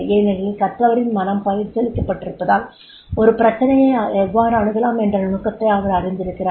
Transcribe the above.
ஏனெனில் கற்றவரின் மனம் பயிற்சியளிக்கப்பட்டிருப்பதால் ஒரு பிரச்சினையை எவ்வாறு அணுகலாம் என்ற நுணுக்கதை அவர் அறிந்திருக்கிறார்